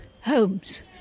homes